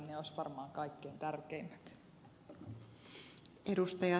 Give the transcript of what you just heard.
ne olisivat varmaan kaikkein tärkeimmät